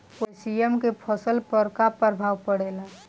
Potassium के फसल पर का प्रभाव पड़ेला?